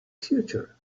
future